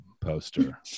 poster